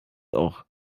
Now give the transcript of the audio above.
auch